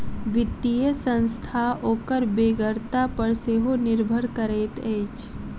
वित्तीय संस्था ओकर बेगरता पर सेहो निर्भर करैत अछि